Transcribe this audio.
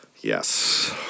Yes